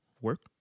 work